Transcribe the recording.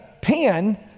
pen